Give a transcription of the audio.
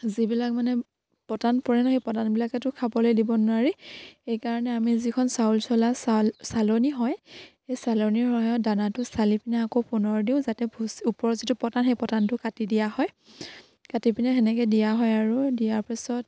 যিবিলাক মানে পতান পৰে ন সেই পতানবিলাকতো খাবলে দিব নোৱাৰি সেইকাৰণে আমি যিখন চাউল চলা চাউল চালনী হয় সেই চালনীৰ সহায়ত দানাটো চালি পিনে আকৌ পুনৰ দিওঁ যাতে ভোজ ওপৰত যিটো পতান সেই পতানটো কাটি দিয়া হয় কাটি পিনে সেনেকে দিয়া হয় আৰু দিয়াৰ পিছত